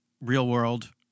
real-world